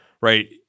right